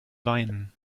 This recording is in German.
wein